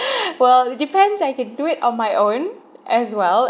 well it depends I could do it on my own as well